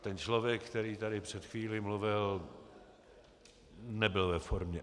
Ten člověk, který tady před chvílí mluvil, nebyl ve formě.